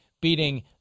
beating